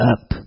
up